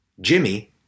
Jimmy